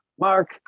Mark